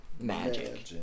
Magic